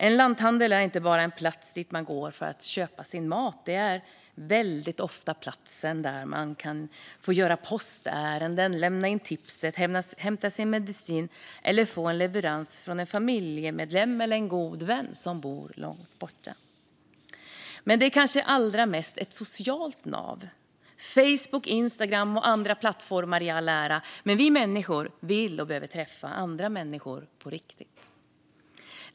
En lanthandel är inte bara en plats dit man går för att köpa sin mat, utan det är väldigt ofta platsen där man kan göra postärenden, lämna in tipset, hämta sin medicin eller få en leverans från en familjemedlem eller en god vän som bor långt bort. Lanthandeln är dock kanske allra mest ett socialt nav. Facebook, Instagram och andra plattformar i all ära; vi människor vill och behöver träffa andra människor på riktigt.